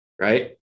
right